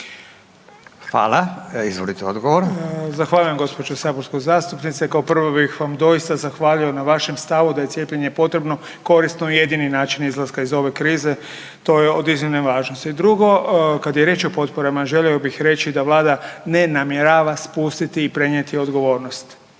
Vili (HDZ)** Zahvaljujem gđo. saborska zastupnice. Kao prvo bih vam doista zahvalio na vašem stavu da je cijepljenje potrebno, korisno i jedini način izlaska iz ove krize, to je od iznimne važnosti. Drugo, kad je riječ o potporama želio bih reći da Vlada ne namjerava spustiti i prenijeti odgovornost.